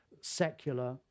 secular